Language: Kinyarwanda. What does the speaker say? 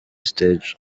stage